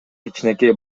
кичинекей